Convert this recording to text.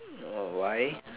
orh why